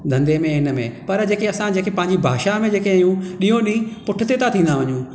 धंधे में हिन में पर जेके असां जेके पंहिंजी भाषा में जेके आहियूं ॾींहों ॾींहुं पुठिते था थींदा वञू